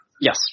yes